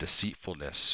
deceitfulness